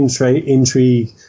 intrigue